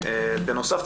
בנוסף,